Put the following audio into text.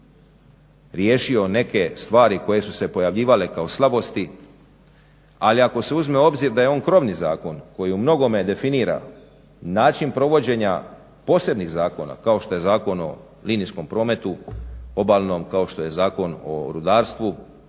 riješio neke stvari koje su se pojavljivale kao slabosti. Ali ako se uzme u obzir da je on krovni zakon koji u mnogome definira način provođenja posebnih zakona, kao što je Zakon o linijskom prometu, obalnom, kao što je Zakon o rudarstvu,